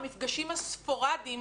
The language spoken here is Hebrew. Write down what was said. המפגשים הספורדיים,